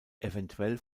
eventuell